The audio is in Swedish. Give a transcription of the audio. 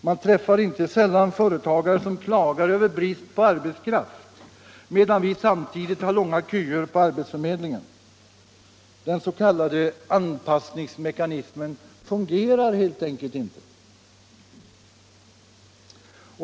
Inte sällan träffar man företagare som klagar över brist på arbetskraft, medan vi samtidigt har långa köer på arbetsförmedlingen. Den s.k. anpassningsmekanismen fungerar helt enkelt inte.